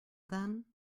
then